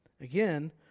Again